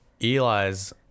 Eli's